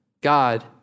God